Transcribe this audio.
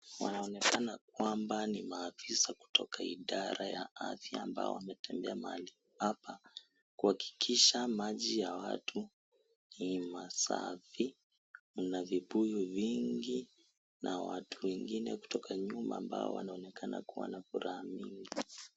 Wanaonekana kwamba ni maafisa kutoka idara ya afya ambao wametembea mahali hapa kuhakikisha maji ya watu ni masafi, kuna vibuyu vingi na watu wengine kutoka nyuma ambao wanaonekana kuwa na furaha mingi.